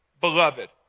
beloved